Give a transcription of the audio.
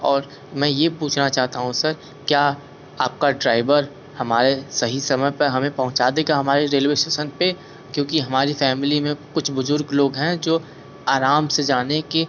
और मैं ये पूछना चाहता हूँ सर क्या आपका ड्राइवर हमारे सही समय पर हमें पहुँचा देगा हमारे रेलवे स्टेशन पे क्योंकि हमारी फैमिली में कुछ बुजुर्ग लोग हैं जो आराम से जाने के